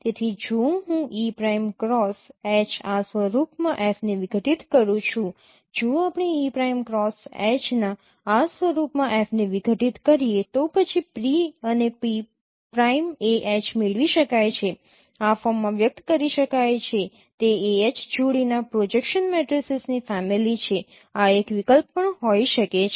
તેથી જો હું e પ્રાઇમ ક્રોસ H આ સ્વરૂપમાં F ને વિઘટિત કરું છું જો આપણે e પ્રાઇમ ક્રોસ H ના આ સ્વરૂપમાં F ને વિઘટિત કરીએ તો પછી P અને P પ્રાઈમ ah મેળવી શકાય છે આ ફોર્મમાં વ્યક્ત કરી શકાય છે તે ah જોડીના પ્રોજેક્શન મેટ્રિસીસની ફૅમિલી છે આ એક વિકલ્પ પણ હોઈ શકે છે